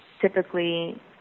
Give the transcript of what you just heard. typically